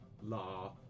La